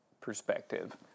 perspective